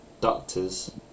Doctors